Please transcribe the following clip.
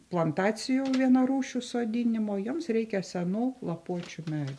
plantacijų vienarūšių sodinimo joms reikia senų lapuočių me